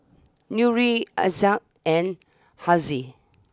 Nurin Aizat and Haziq